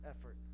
effort